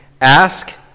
Ask